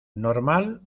normal